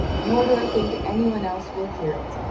nor do i think any one else will hear it,